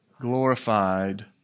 glorified